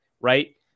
right